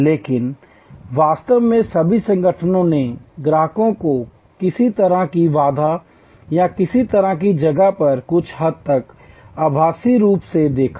लेकिन वास्तव में सभी संगठनों ने ग्राहकों को किसी तरह की बाधा या किसी तरह की जगह पर कुछ हद तक आभासी रूप से देखा